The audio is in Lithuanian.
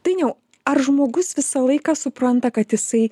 dainiau ar žmogus visą laiką supranta kad jisai